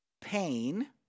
pain